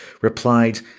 replied